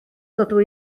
dydw